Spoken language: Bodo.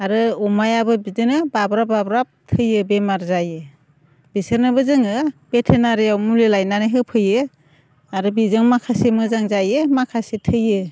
आरो अमायाबो बिदिनो बाब्राब बाब्राब थैयो बेमार जायो बिसोरनोबो जोङो भेटेनारियाव मुलि लायनानै होफैयो आरो बिजों माखासे मोजां जायो माखासे थैयो